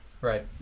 right